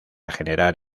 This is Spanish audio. generar